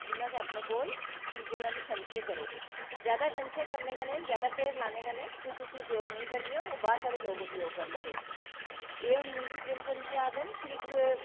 ते उन्ना अपने कोल चीज़ें दा बी संशय करो जादै संशय करने कन्नै जादा ढेर लानै कन्नै तुस उपयोग नेईं करगे ओह् बाद आह्ले लोग उपयोग करगे एह् मुंशी प्रेमचंद जी आक्खदे न फिर इक्क